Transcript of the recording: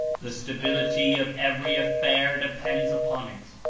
the stability of every affair depends upon it,